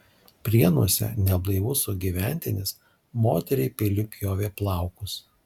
prienuose neblaivus sugyventinis moteriai peiliu pjovė plaukus